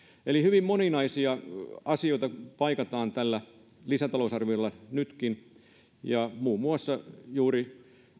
eli hyvin moninaisia asioita paikataan tällä lisätalousarviolla nytkin muun muassa juuri